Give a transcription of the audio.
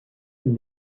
and